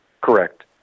Correct